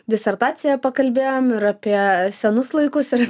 disertaciją pakalbėjom ir apie senus laikus ir